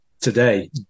today